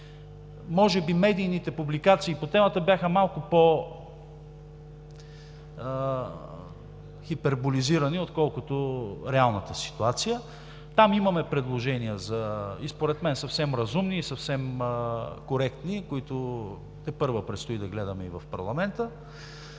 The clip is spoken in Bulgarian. може би медийните публикации по темата бяха малко по-хиперболизирани, отколкото реалната ситуация. Там имаме предложения – според мен съвсем разумни и съвсем коректни, които тепърва предстои да гледаме и в парламента.